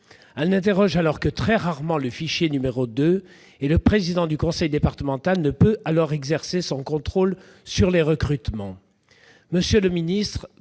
Elles n'interrogent alors que très rarement le bulletin n° 2, et le président du conseil départemental ne peut exercer son contrôle sur les recrutements.